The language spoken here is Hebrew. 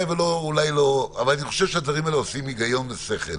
אבל אני חושב שהדברים האלה עושים היגיון ושכל.